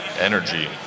energy